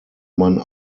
man